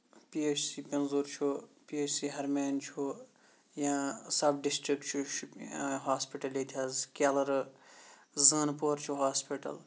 P S C پِنزُر چھُ P S C ہرمین چھُ یا سَب ڈِسٹکٹ چھُ ہوسپِٹل ییٚتہِ حظ کیلرٕ زٲنہٕ پور چھُ ہوسپِٹل